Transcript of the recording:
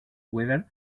weaver